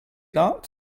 that